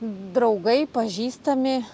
draugai pažįstami